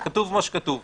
החוק לא חל עליו.